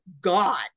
God